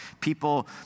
People